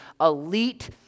elite